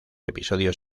episodios